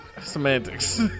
semantics